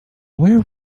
where